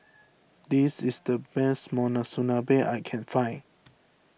this is the best Monsunabe I can find